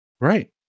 Right